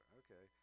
okay